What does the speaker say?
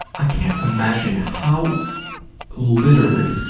i can't imagine how littered